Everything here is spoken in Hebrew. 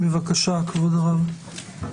בבקשה כבוד הרב.